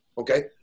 Okay